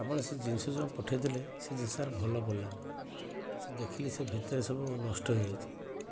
ଆପଣ ସେ ଜିନିଷ ଯେଉଁ ପଠାଇଥିଲେ ସେ ଜିନିଷ ସାର୍ ଭଲ ପଡ଼ିଲାନି ସେ ଦେଖିଲି ସେ ଭିତରେ ସବୁ ନଷ୍ଟ ହେଇଯାଇଛି